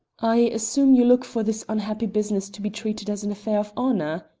i assume you look for this unhappy business to be treated as an affair of honour?